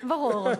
ברור.